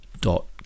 dot